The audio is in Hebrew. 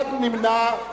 אחד נמנע.